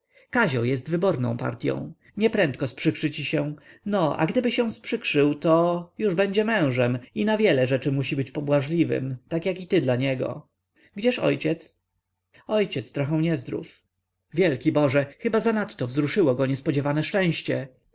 kazio jest wyborną partyą nieprędko sprzykrzy ci się no a gdyby się sprzykrzył to już będzie mężem i na wiele rzeczy mosi być pobłażliwym tak jak i ty dla niego gdzież ojciec ojciec trochę niezdrów wielki boże chyba zanadto wzruszyło go niespodziewane szczęście